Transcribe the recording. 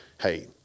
hey